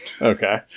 Okay